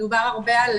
דובר הרבה על